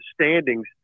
standings